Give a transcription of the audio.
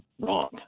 wrong